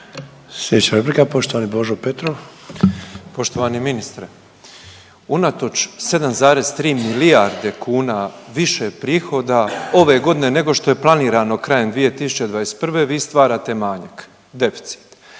Sljedeća replika, poštovani Božo Petrov. **Petrov, Božo (MOST)** Poštovani ministre, unatoč 7,3 milijarde kuna više prihoda ove godine nego što je planirano krajem 2021. vi stvarate manjak, deficit